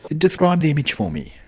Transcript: describe the image for me.